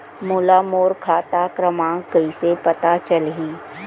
मोला मोर खाता क्रमाँक कइसे पता चलही?